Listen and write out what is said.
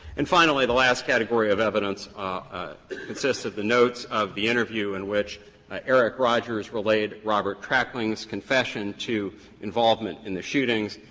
and, finally, the last category of evidence consists of the notes of the interview in which ah eric rogers relayed robert trackling's confession to involvement in the shootings.